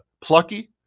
plucky